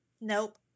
Nope